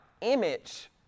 image